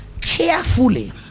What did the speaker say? carefully